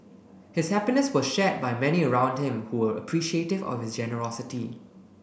his happiness was shared by many around him who were appreciative of his generosity